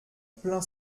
plein